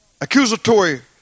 accusatory